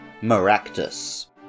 Maractus